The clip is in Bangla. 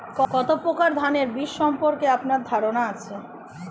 কত প্রকার ধানের বীজ সম্পর্কে আপনার ধারণা আছে?